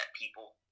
people